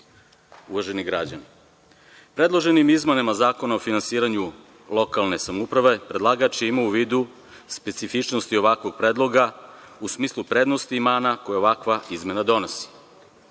uvaženi građani, predloženim izmenama Zakona o finansiranju lokalne samouprave predlagač je imao u vidu specifičnosti ovakvog predloga, u smislu prednosti i mana koje ovakva izmena donosi. Tačno